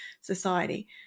society